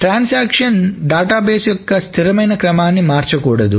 transaction database యొక్క స్థిరమైన క్రమాన్ని మార్చకూడదు